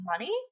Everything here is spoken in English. money